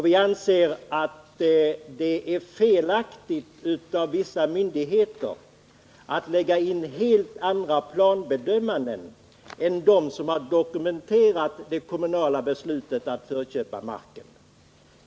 Vi anser att det är felaktigt av vissa myndigheter att lägga in helt andra planbedömanden än dem som har dokumenterats i det kommunala beslutet att förköpa marken.